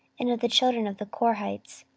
and of the children of the korhites,